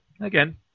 again